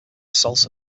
salsa